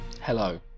Hello